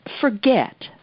forget